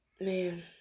Man